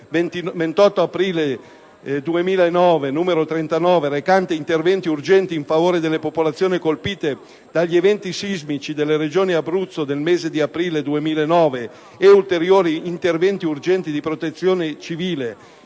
28 aprile 2009, n. 39, recante "Interventi urgenti in favore delle popolazioni colpite dagli eventi sismici nella Regione Abruzzo nel mese di aprile 2009 e ulteriori interventi urgenti di protezione civile",